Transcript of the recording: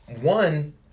one